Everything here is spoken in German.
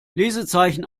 lesezeichen